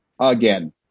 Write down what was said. again